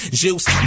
juice